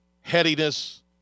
headiness